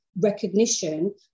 recognition